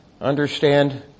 understand